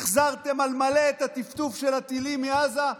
החזרתם על מלא את הטפטוף של הטילים מעזה,